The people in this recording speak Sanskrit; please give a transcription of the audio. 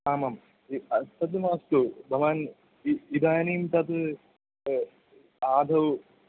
आमाम् तत् मास्तु भवान् इ इदानीं तत् आदौ